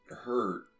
hurt